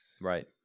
Right